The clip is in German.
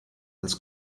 als